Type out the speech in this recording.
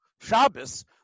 Shabbos